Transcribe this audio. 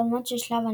מתקדמות לשלב הנוקאאוט.